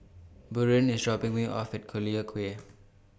Buren IS dropping Me off At Collyer Quay